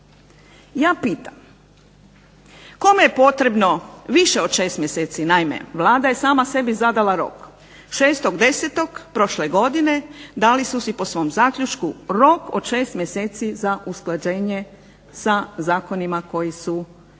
Ja pitam, kome je potrebno više od 6 mjeseci, naime Vlada je sama sebi zadala rok, 6.10. prošle godine dali su si po svom zaključku rok od 6 mjeseci za usklađenje sa zakonima koji su novodonešeni.